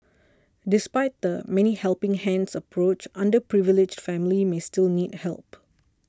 despite the many helping hands approach underprivileged families many still need help